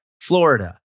Florida